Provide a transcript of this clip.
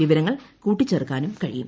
വിവരങ്ങൾ കൂട്ടിച്ചേർക്കാനും കഴിയും